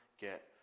get